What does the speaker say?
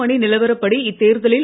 மணி நிலவரப்படி இத்தேர்தலில்